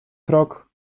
krok